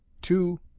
two